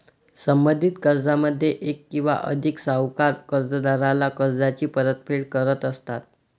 संबंधित कर्जामध्ये एक किंवा अधिक सावकार कर्जदाराला कर्जाची परतफेड करत असतात